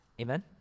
Amen